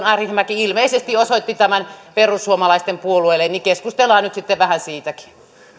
arhinmäki ilmeisesti osoitti tämän perussuomalaisten puolueelle keskustellaan nyt sitten vähän siitäkin